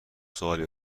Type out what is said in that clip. سوالی